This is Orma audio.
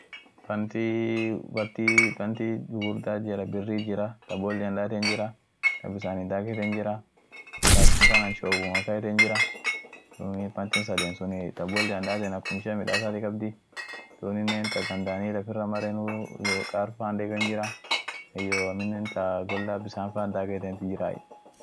So so lam beekai anin. lamaan anin beek hand soa iyoo power so beekai. hand so ka mukfaan dadafetenu. mukeenfa, koraanfa ka ibidaan bobeefetenu. isun huji suniin midaaseniei. power son mukeen gugurdaan dadoosenie, baaofan dadoseni iyoo mukeen gugurdaan dadoseni muk gugurda ak foresi baofaan midaasen